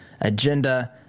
agenda